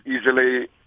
easily